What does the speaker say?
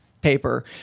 paper